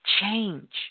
Change